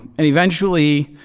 and eventually,